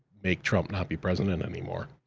make trump not be president anymore.